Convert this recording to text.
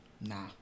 Nah